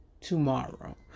tomorrow